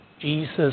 Jesus